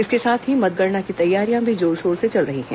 इसके साथ ही मतगणना की तैयारियां भी जोरशोर से चल रही हैं